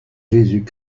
jésus